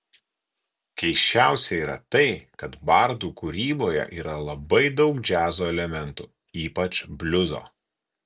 keisčiausia yra tai kad bardų kūryboje yra labai daug džiazo elementų ypač bliuzo